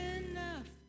enough